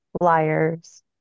liars